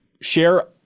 share